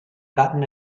gotten